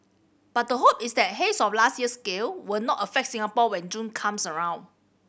but the hope is that haze of last year's scale will not affect Singapore when June comes around